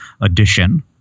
addition